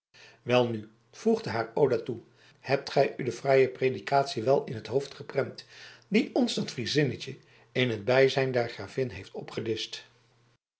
welnu voegde haar oda toe hebt gij u de fraaie predikatie wel in t hoofd geprent die ons dat friezinnetje in t bijzijn der gravin heeft opgedischt